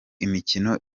imikino